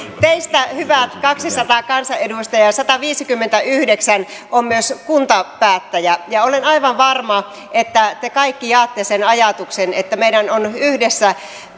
teistä hyvät kaksisataa kansanedustajaa sataviisikymmentäyhdeksän on myös kuntapäättäjiä ja olen aivan varma että te kaikki jaatte sen ajatuksen että meidän on yhdessä